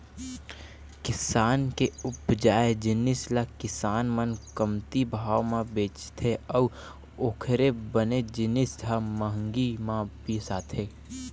किसान के उपजाए जिनिस ल किसान मन कमती भाव म बेचथे अउ ओखरे बने जिनिस ल महंगी म बिसाथे